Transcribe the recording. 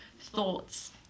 thoughts